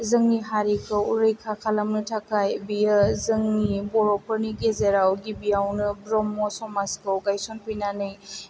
जोंनि हारिखौ रैखा खालामनो थाखाय बियो जोंनि बर'फोरनि गेजेराव गिबियावनो ब्रह्म समाजखौ गायसनफैनानै